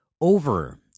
over